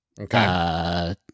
Okay